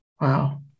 Wow